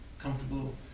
comfortable